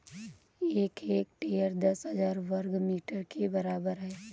एक हेक्टेयर दस हजार वर्ग मीटर के बराबर है